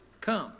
come